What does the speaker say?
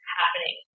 happening